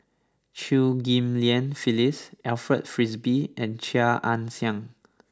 Chew Ghim Lian Phyllis Alfred Frisby and Chia Ann Siang